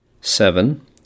Seven